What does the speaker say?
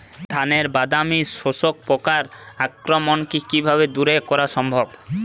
ধানের বাদামি শোষক পোকার আক্রমণকে কিভাবে দূরে করা সম্ভব?